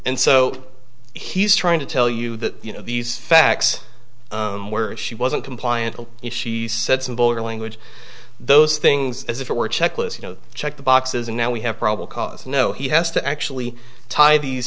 and so he's trying to tell you that you know these facts were she wasn't compliant if she said some vulgar language those things as if it were checklists you know check the boxes and now we have probable cause you know he has to actually tied these